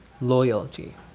loyalty